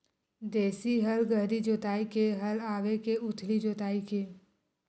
देशी हल गहरी जोताई के हल आवे के उथली जोताई के?